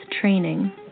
training